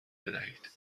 بدهید